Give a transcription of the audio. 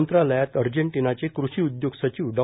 मंत्रालयात अर्जेटिनाचे कृषीउद्योग सचिव डॉ